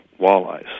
walleyes